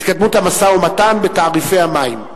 התקדמות המשא-ומתן על תעריפי המים.